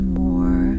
more